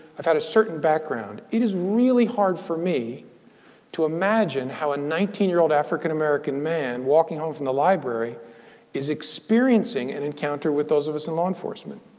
i've had a certain background. it is really hard for me to imagine how a nineteen year old african-american man walking home from the library is experiencing an encounter with those of us in law enforcement.